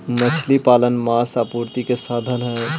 मछली पालन मांस आपूर्ति के साधन हई